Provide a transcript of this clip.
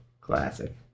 Classic